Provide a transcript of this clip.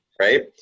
right